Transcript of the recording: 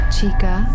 Chica